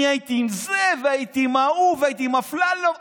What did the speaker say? אני הייתי עם זה, הייתי עם ההוא, הייתי עם אפללו.